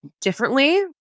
differently